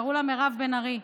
קראו לה מירב בן ארי.